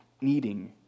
needing